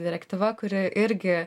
direktyva kuri irgi